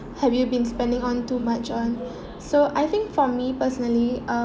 have you been spending on too much on so I think for me personally um~